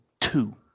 two